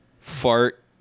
Fart